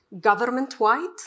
government-wide